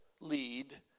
lead